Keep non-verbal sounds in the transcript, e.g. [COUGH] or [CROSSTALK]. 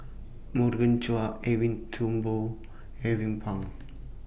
Morgan Chua Edwin Thumboo Alvin Pang [NOISE]